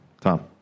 Tom